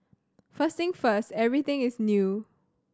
first thing first everything is new